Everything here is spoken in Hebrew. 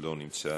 אינו נוכח,